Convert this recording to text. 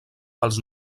pels